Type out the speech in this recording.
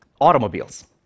automobiles